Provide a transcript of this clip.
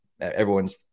everyone's